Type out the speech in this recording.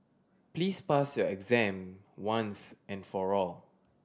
please pass your exam once and for all